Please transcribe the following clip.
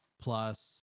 plus